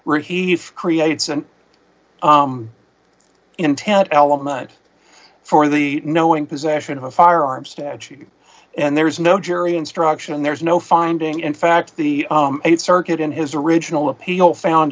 receive creates an intent element for the knowing possession of a firearm statue and there's no jury instruction and there's no finding in fact the th circuit in his original appeal found